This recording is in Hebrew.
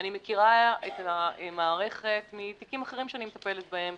אני מכירה את המערכת מתיקים אחרים שאני מטפלת בהם,